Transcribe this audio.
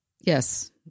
yes